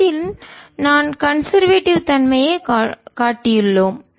புலத்தின் நான் கன்சர்வேட்டிவ் தன்மையை காட்டியுள்ளோம்